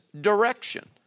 direction